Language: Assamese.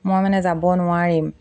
মই মানে যাব নোৱাৰিম